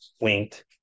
winked